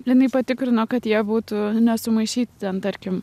jinai patikrino kad jie būtų nesumaišyti ten tarkim